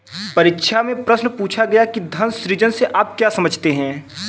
परीक्षा में प्रश्न पूछा गया कि धन सृजन से आप क्या समझते हैं?